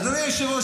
אדוני היושב-ראש,